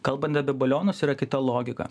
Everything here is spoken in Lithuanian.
kalbant apie balionus yra kita logika